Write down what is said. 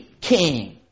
king